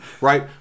right